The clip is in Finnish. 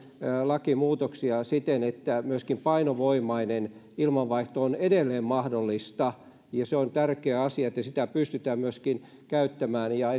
lakimuutoksia siten että myöskin painovoimainen ilmanvaihto on edelleen mahdollista ja se on tärkeä asia että sitä pystytään myöskin käyttämään ja